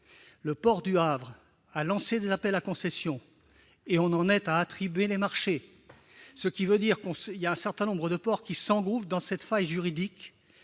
le port du Havre a lancé des appels à concession et l'on en est à attribuer les marchés. Autrement dit, un certain nombre de ports s'engouffrent dans cette faille juridique,